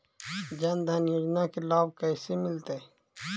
जन धान योजना के लाभ कैसे मिलतै?